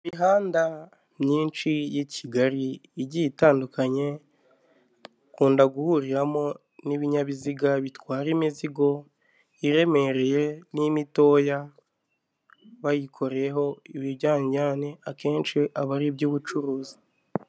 Imihanda myinshi y'i kigali igiye itandukanye ikunda guhuriramo n'ibinyabiziga bitwara imizigo iremereye n'imitoya bayikoreyeho ibijyane akenshi aba ari iby'ubucuruzi.